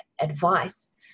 advice